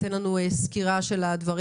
תן לנו סקירה של הדברים,